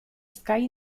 sky